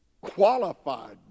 qualified